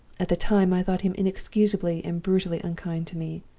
at the time i thought him inexcusably and brutally unkind to me.